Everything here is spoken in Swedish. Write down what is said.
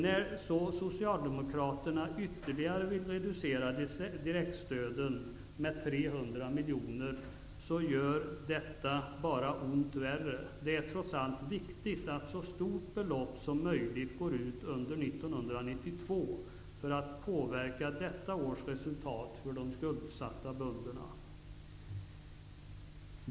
När sedan Socialdemokraterna ville ytterligare reducera direktstöden med 300 miljoner kronor, skulle detta bara göra ont värre. Det är trots allt viktigt att så stort belopp som möjligt utgår under 1992 för att detta års resultat för de skuldsatta bönderna skall påverkas.